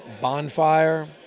Bonfire